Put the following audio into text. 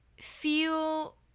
feel